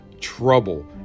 trouble